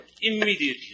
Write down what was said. Immediately